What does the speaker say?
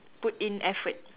put in effort